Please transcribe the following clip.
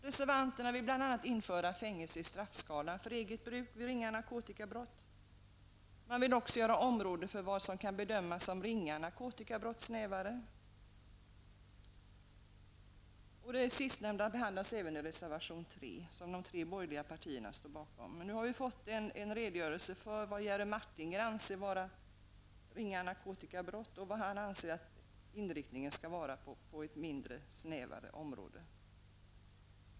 Reservanterna vill bl.a. införa fängelse i straffskalan för eget bruk vid ringa narkotikabrott. De vill också göra området för vad som kan bedömas som ringa narkotikabrott snävare. Det sistnämnda behandlas även i reservation 3 som de tre borgerliga partierna står bakom. Nu har vi fått en redogörelse för vad Jerry Martinger anser vara ringa narkotikabrott och att han anser att inriktningen skall vara ett snävare område.